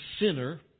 sinner